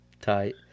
Tight